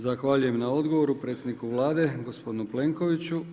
Zahvaljujem na odgovoru predsjedniku Vlade gospodinu Plenkoviću.